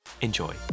Enjoy